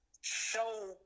show